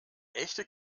echte